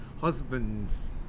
husband's